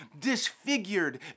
disfigured